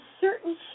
certain